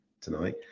tonight